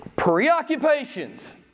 preoccupations